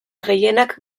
gehienak